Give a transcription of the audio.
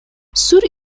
sur